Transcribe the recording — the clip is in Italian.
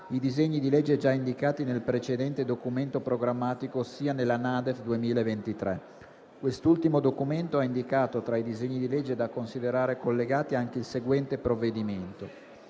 i disegni di legge già indicati nel precedente Documento programmatico, ossia nella NADEF 2023. Quest'ultimo Documento ha indicato, tra i disegni di legge da considerare collegati, anche il seguente provvedimento: